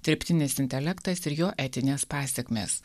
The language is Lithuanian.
dirbtinis intelektas ir jo etinės pasekmės